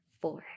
four